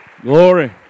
Glory